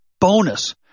bonus